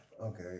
Okay